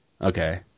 Okay